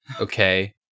Okay